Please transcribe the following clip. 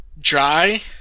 dry